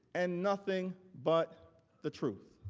and nothing but the truth.